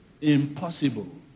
impossible